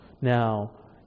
Now